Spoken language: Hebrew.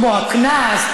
כמו הקנס,